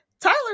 Tyler